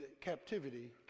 captivity